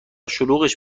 شلوغش